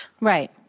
Right